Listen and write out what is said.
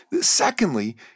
secondly